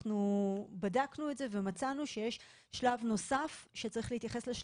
אנחנו בדקנו את זה ומצאנו שיש שלב נוסף מעבר